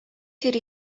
тэр